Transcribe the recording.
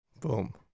boom